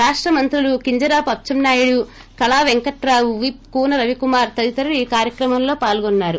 రాష్ట మంత్రులు కింజరాపు అచ్చం నాయుడు కళా పెంకటరావు విప్ కూస రవికుమారు తదితరులు ఈ కార్యక్రమం లో పాల్గున్నారు